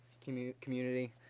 community